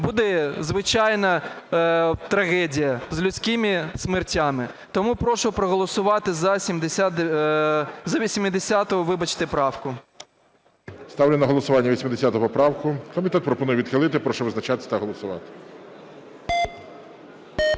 буде, звичайно, трагедія з людськими смертями. Тому прошу проголосувати за 80 правку. ГОЛОВУЮЧИЙ. Ставлю на голосування 80 поправку. Комітет пропонує відхилити. Прошу визначатись та голосувати.